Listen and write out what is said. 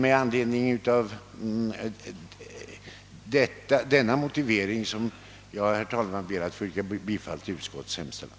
Med denna motivering ber jag, herr talman, att få yrka bifall till utskottets hemställan.